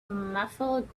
muffled